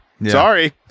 Sorry